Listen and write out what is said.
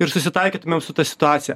ir susitaikytumėm su ta situacija